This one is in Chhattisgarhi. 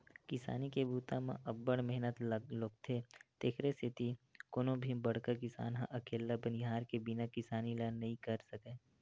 किसानी के बूता म अब्ब्ड़ मेहनत लोगथे तेकरे सेती कोनो भी बड़का किसान ह अकेल्ला बनिहार के बिना किसानी ल नइ कर सकय